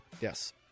Yes